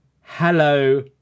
hello